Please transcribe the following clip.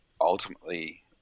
ultimately